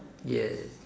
yes